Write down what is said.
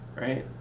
right